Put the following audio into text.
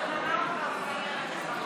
חברים,